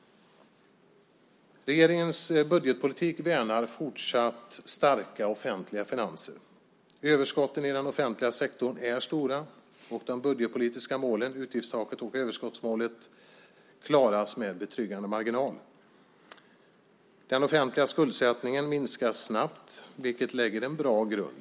Regeringens budgetpolitik värnar fortsatt starka offentliga finanser. Överskotten i den offentliga sektorn är stora. Och de budgetpolitiska målen, utgiftstaket och överskottsmålet, klaras med betryggande marginal. Den offentliga skuldsättningen minskar snabbt, vilket lägger en bra grund.